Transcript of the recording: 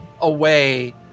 away